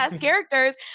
characters